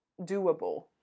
doable